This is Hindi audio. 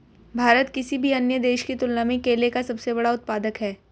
भारत किसी भी अन्य देश की तुलना में केले का सबसे बड़ा उत्पादक है